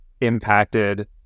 impacted